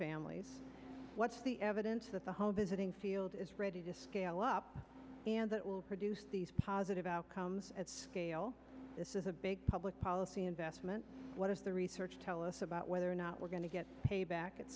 families what's the evidence that the whole visiting field is ready to scale up and that will produce these positive outcomes at scale this is a big public policy investment what is the research tell us about with or not we're going to get payback at